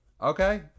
okay